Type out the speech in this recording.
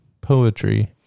poetry